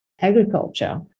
agriculture